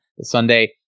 Sunday